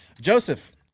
Joseph